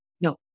No